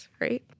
Right